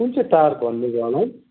कुन चाहिँ तार भन्नुभयो होला है